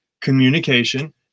communication